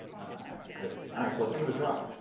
alright good alright, so let's give it a try.